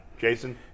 Jason